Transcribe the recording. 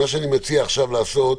מה שאני מציע עכשיו לעשות,